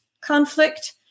conflict